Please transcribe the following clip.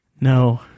No